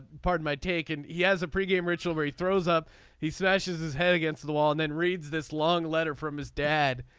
pardon my take. and he has a pretty game ritual where he throws up he slashes his head against the wall and then reads this long letter from his dad.